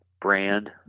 brand